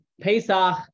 Pesach